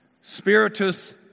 Spiritus